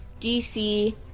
DC